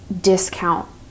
discount